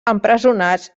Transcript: empresonats